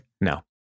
No